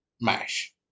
MASH